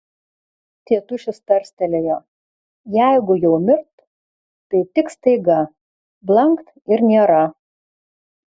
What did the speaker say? tėtušis tarstelėjo jeigu jau mirt tai tik staiga blakt ir nėra